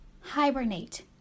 Hibernate